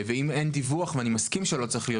ואם אין דיווח ואני מסכים שלא צריך להיות